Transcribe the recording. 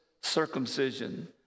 circumcision